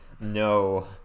No